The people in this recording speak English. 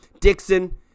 Dixon